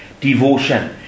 devotion